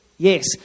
Yes